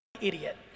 idiot